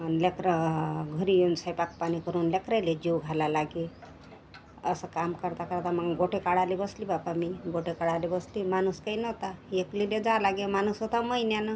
आणि लेकरं घरी येऊन स्वयंपाकपाणी करून लेकराईले जेऊ घालावं लागे असं काम करता करता मग गोटे काढाले बसली बापा मी गोटे काढाले बसली माणूस काही नव्हता एकलीले जावं लागे माणूस होता महिन्यानं